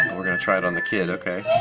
we're gonna try it on the kid, okay.